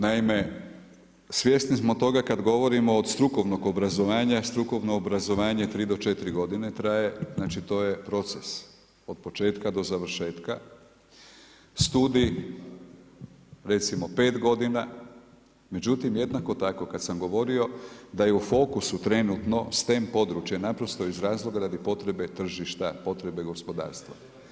Naime, svjesni smo toga kada govorimo od strukovnog obrazovanja, strukovno obrazovanje 3-4 g. traje, znači to je proces od početka do završetka, studij recimo 5 g. međutim, jednako tako kad sam govorio da je u fokusu trenutno stem područje, naprosto iz razloga da bi potrebe tržišta, potrebe gospodarstva.